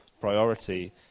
priority